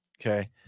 Okay